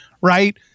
right